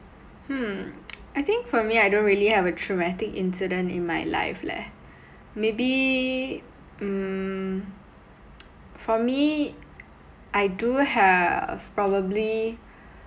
hmm I think for me I don't really have a traumatic incident in my life leh maybe mm for me I do have probably